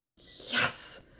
yes